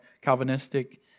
Calvinistic